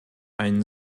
ein